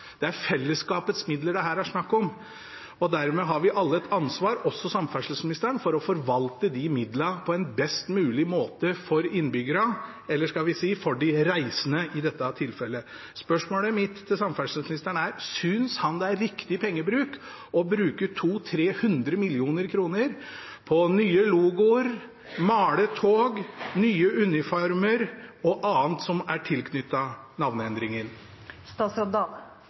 Det er fellesskapets midler det her er snakk om. Dermed har vi alle et ansvar, også samferdselsministeren, for å forvalte de midlene på en best mulig måte for innbyggerne, eller skal vi si for de reisende i dette tilfellet. Spørsmålet mitt til samferdselsministeren er: Synes han det er riktig å bruke 200–300 mill. kr på nye logoer, å male tog, nye uniformer og annet som er